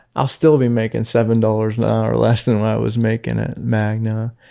i'll still be making seven dollars an hour less than what i was making at magna,